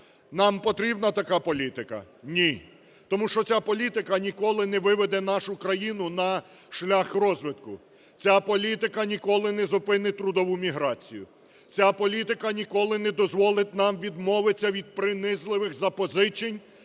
Нам потрібна така політика? Ні, тому що ця політика ніколи не виведе нашу країну на шлях розвитку. Ця політика ніколи не зупинить трудову міграцію. Ця політика ніколи не дозволить нам відмовитися від принизливих запозичень,